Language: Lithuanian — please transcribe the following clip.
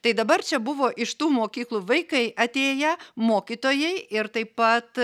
tai dabar čia buvo iš tų mokyklų vaikai atėję mokytojai ir taip pat